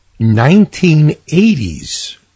1980s